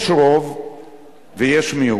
יש רוב ויש מיעוט.